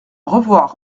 revoir